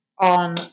on